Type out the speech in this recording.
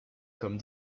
comme